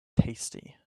tasty